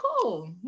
cool